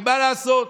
ומה לעשות,